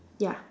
ya